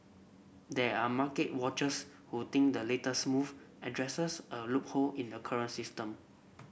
there are market watchers who think the latest move addresses a loophole in the current system